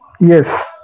Yes